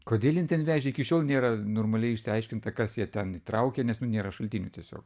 kodėl jin ten vežė iki šiol nėra normaliai išsiaiškinta kas ją ten įtraukė nes nu nėra šaltinių tiesiog